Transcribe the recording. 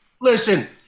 Listen